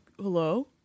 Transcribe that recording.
hello